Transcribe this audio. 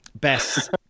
best